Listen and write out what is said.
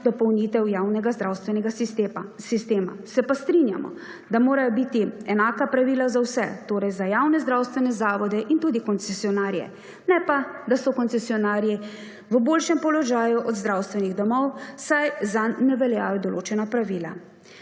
dopolnitev javnega zdravstvenega sistema. Se pa strinjamo, da morajo biti enaka pravila za vse, torej za javne zdravstvene zavode in tudi koncesionarje, ne pa da so koncesionarji v boljšem položaju od zdravstvenih domov, saj za njih ne veljajo določena pravila.